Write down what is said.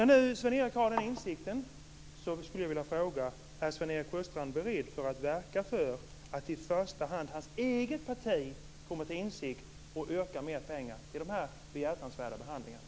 Om nu Sven-Erik Sjöstrand har den insikten skulle jag vilja fråga: Är Sven-Erik Sjöstrand beredd för att verka för att i första hand hans eget parti kommer till insikt och yrkar mer pengar till de här behjärtansvärda behandlingarna?